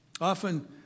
Often